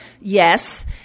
Yes